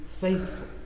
faithful